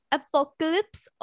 apocalypse